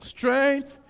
Strength